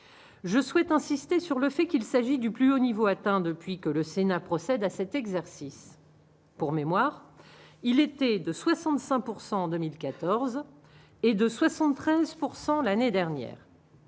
je souhaite insister sur le fait qu'il s'agit du plus haut niveau atteint depuis que le Sénat procède à cet exercice, pour mémoire, il était de 65 pourcent en 2014 et de 73 pourcent l'année dernière.